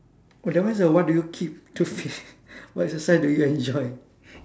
oh that one is a what do you keep to what exercise do you enjoy